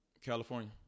California